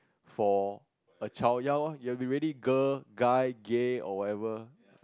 for a child ya lor you have to be ready girl guy gay or whatever